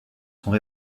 sont